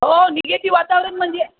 हो निगेटिव वातावरण म्हणजे